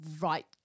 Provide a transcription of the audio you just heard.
right